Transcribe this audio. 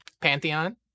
pantheon